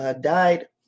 died